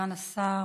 סגן השר,